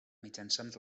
mitjançant